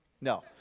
No